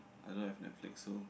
I don't have Netflix so